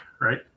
right